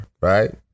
right